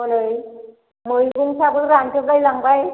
हनै मैगंफ्राबो रानजोबलायलांबाय